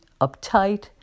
uptight